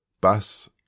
Bus